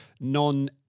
non